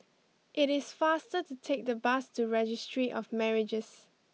it is faster to take the bus to Registry of Marriages